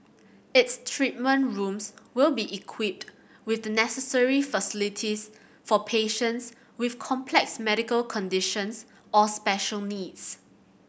its treatment rooms will be equipped with the necessary facilities for patients with complex medical conditions or special needs